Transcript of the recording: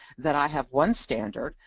that i have one standard,